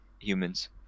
humans